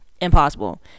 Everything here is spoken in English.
impossible